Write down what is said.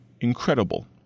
incredible